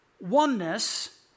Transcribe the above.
Oneness